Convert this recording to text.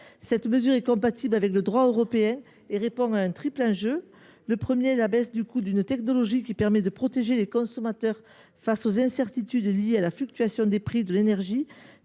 Cette mesure est compatible avec le droit européen et répond à trois enjeux. Le premier est la baisse du coût d’une technologie qui permet de prémunir les consommateurs contre les incertitudes liées à la fluctuation des prix de l’énergie.